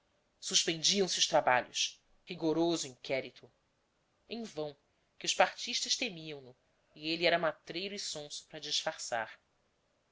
suspendiam se os trabalhos rigoroso inquérito em vão que os partistas temiam no e ele era matreiro e sonso para disfarçar